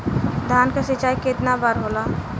धान क सिंचाई कितना बार होला?